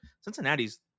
Cincinnati's